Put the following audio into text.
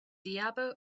diabo